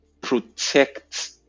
protect